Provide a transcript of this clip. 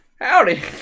Howdy